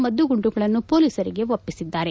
ಮದ್ದುಗುಂಡುಗಳನ್ನು ಪೊಲೀರಸರಿಗೆ ಒಪ್ಪಿಸಿದ್ದಾರೆ